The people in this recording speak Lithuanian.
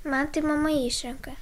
man tai mama išrenka